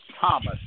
Thomas